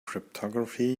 cryptography